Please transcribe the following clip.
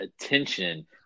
attention